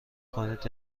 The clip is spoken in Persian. کنید